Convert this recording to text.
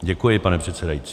Děkuji, pane předsedající.